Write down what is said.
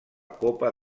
copa